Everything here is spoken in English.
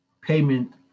payment